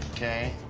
ok.